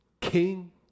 King